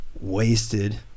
wasted